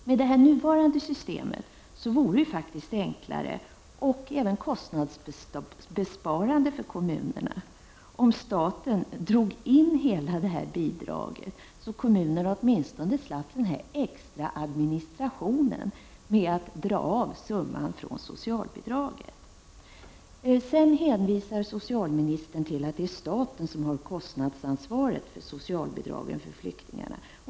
Med det nuvarande systemet vore det kostnadsbesparande och enklare för kommunerna om staten drog in hela bidraget, så att kommunerna slapp den extra administrationen med att dra av summan från socialbidraget. Socialministern hänvisar till att staten har kostnadsansvaret för socialbidragen till flyktingarna.